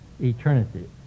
eternity